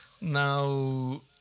Now